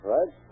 Right